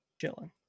Chilling